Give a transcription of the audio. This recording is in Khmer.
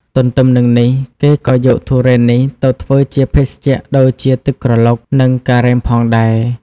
ទន្ទឹមនឹងនេះគេក៏យកទុរេននេះទៅធ្វើជា ភេសជ្ជៈដូចជាទឹកក្រឡុក និងការ៉េមផងដែរ។